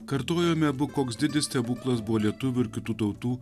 kartojome abu koks didis stebuklas buvo lietuvių ir kitų tautų